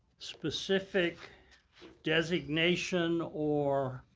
specific designation or